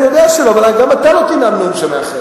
אני יודע שלא, אבל גם אתה לא תנאם נאום שמאחד.